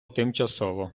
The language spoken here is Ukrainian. тимчасово